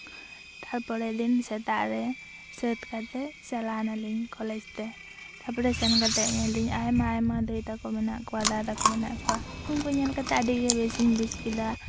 ᱛᱟᱨᱯᱚᱨᱮᱨ ᱫᱤᱱ ᱥᱮᱛᱟᱜ ᱨᱮ ᱥᱟᱹᱛ ᱠᱟᱛᱮ ᱪᱟᱞᱟᱣ ᱱᱟᱞᱤᱧ ᱠᱚᱞᱮᱡᱛᱮ ᱛᱟᱨᱯᱚᱨᱮ ᱥᱮᱱ ᱠᱟᱛᱮ ᱤᱧ ᱧᱮᱞ ᱫᱤᱧ ᱟᱭᱢᱟ ᱟᱭᱢᱟ ᱫᱟᱹᱭ ᱛᱟᱠᱚ ᱢᱮᱱᱟᱜ ᱠᱚᱣᱟ ᱫᱟᱫᱟ ᱛᱟᱠᱚ ᱢᱮᱱᱟᱜ ᱠᱚᱣᱟ ᱩᱱᱠᱩ ᱧᱮᱞᱠᱟᱛᱮ ᱟᱹᱰᱤᱜᱮ ᱵᱮᱥᱤᱧ ᱵᱩᱡ ᱠᱮᱫᱟ